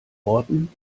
worten